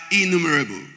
innumerable